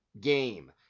game